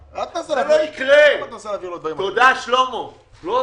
אדוני היושב-ראש, אולי תעשה סיכום ביניים, שאם לא